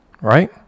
right